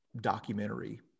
documentary